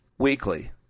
weekly